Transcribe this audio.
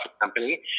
company